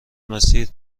مسیر